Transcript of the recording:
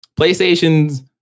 PlayStation's